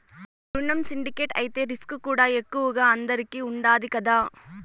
రునం సిండికేట్ అయితే రిస్కుకూడా ఎక్కువగా అందరికీ ఉండాది కదా